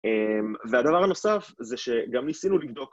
והדבר הנוסף זה שגם ניסינו לבדוק...